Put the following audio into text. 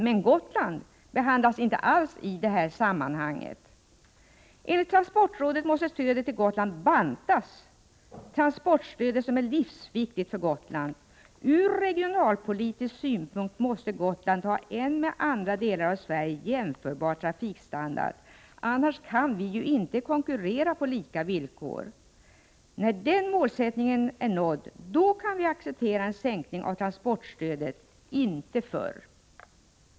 Men Gotland behandlas inte alls i detta sammanhang, och enligt transportrådet måste stödet till Gotland bantas. Transportstödet är emellertid livsviktigt för Gotland. Ur regionalpolitisk synpunkt måste Gotland ha en med andra delar av Sverige jämförbar trafikstandard — annars kan vi inte konkurrera på lika villkor. När den målsättningen är nådd kan vi acceptera en sänkning av transportstödet — inte förr.